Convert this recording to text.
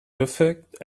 perfect